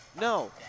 no